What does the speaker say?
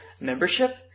membership